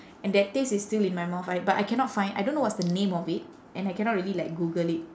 and that taste is still in my mouth I but I cannot find I don't know what's the name of it and I cannot really like google it